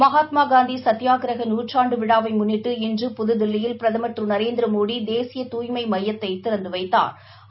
மகாத்மா காந்தி சத்தியகிரக நூற்றாண்டு விழாவை முன்ளிட்டு இன்று புதுதில்லியில் பிரதம் திரு நரேந்திரமோடி தேசி தூய்மை மையத்தை திறந்து வைத்தாா்